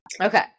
Okay